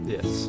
Yes